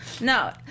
No